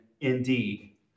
indeed